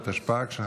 התשפ"ג 2023,